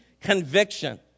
conviction